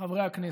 חברי הכנסת,